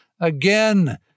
Again